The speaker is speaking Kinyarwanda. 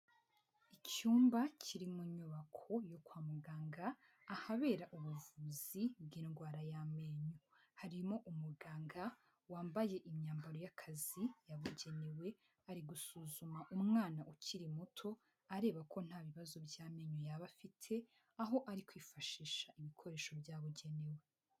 Icyumba kiri mu nyubako yo kwa muganga ahabera ubuvuzi bw'indwara y'amenyo, harimo umuganga wambaye imyambaro y'akazi yabugenewe ari gusuzuma umwana ukiri muto areba ko nta bibazo by'amenyo yaba afite aho ari kwifashisha ibikoresho byabugenewe.